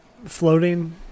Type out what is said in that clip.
Floating